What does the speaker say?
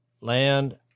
land